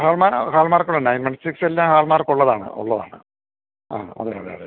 ഹാൾമാർക്കുള്ള nine one സിക്സിൽ ഹാൾമാർക്കുള്ളതാണ് ഉള്ളതാണ് ആ അതെ അതെ അതെ